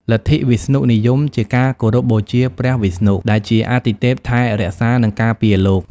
លទ្ធិវិស្ណុនិយមជាការគោរពបូជាព្រះវិស្ណុ ដែលជាអាទិទេពថែរក្សា និងការពារលោក។